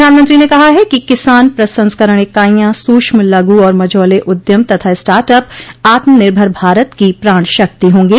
प्रधानमंत्री ने कहा है कि किसान प्रसंस्करण इकाइयां सूक्ष्म लघु और मझौले उद्यम तथा स्टार्टअप आत्मनिर्भर भारत की प्राण शक्ति होंगे